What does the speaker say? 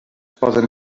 poden